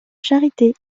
charité